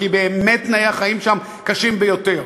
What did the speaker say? כי באמת תנאי החיים שם קשים ביותר.